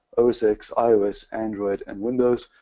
osx, ios, android and windows.